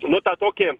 nu tą tokį